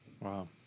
Wow